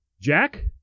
Jack